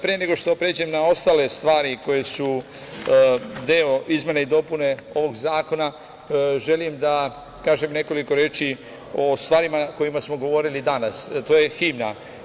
Pre nego što pređem na ostale stvari koje su deo izmene i dopune ovog zakona, želim da kažem nekoliko reči o stvarima o kojima smo govorili danas, a to je himna.